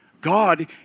God